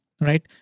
right